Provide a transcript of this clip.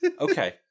Okay